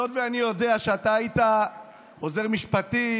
היות שאני יודע שאתה היית עוזר משפטי,